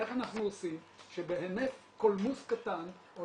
איך אנחנו עושים שבהינף קולמוס קטן או